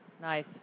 Nice